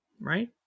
Right